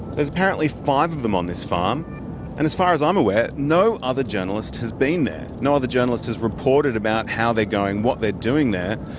there's apparently five of them on this farm and, as far as i'm aware, no other journalist has been there. no other journalist has reported about how they're going, what they're doing there.